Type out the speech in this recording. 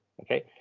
Okay